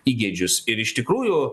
įgeidžius ir iš tikrųjų